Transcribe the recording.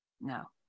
No